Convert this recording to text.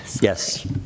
Yes